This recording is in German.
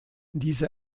diese